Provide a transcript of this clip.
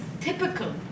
typical